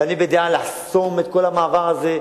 ואני בדעה לחסום את כל המעבר הזה,